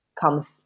comes